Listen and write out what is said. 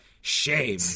Shame